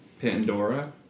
Pandora